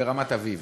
ברמת-אביב.